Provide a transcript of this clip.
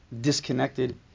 disconnected